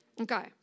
Okay